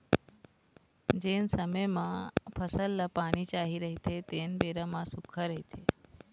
जेन समे म फसल ल पानी चाही रहिथे तेन बेरा म सुक्खा रहिथे